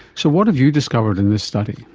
so what have you discovered in this study?